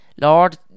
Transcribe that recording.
Lord